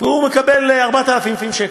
והוא מקבל 4,000 שקל.